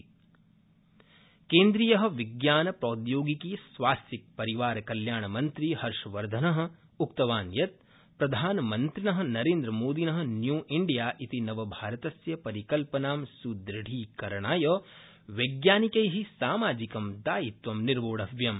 डॉ हर्षवर्धन केन्द्रीय विज्ञान प्रौद्योगिकी स्वास्थ्य परिवारकल्याणमंत्री डॉ हर्षवर्धन उक्तवान् यत् प्रधानमंत्रिण नरेन्द्रमोदिन न्यू इंडिया इति नवभारतस्य परिकल्पनां सुदृढीकरणाय वैज्ञानिकै सामाजिकं दायित्वं निर्वोढव्यं